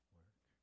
work